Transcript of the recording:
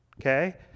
Okay